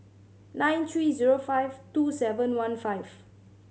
nine three zero five two seven one five